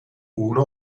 uno